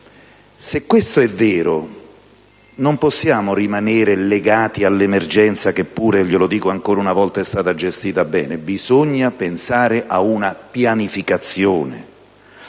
Se questo è vero, non possiamo rimanere legati all'emergenza, che pure - glielo dico ancora una volta - è stata gestita bene, ma bisogna pensare a una pianificazione.